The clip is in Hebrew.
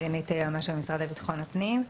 סגנית היועץ המשפטי במשרד לביטחון הפנים.